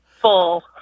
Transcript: full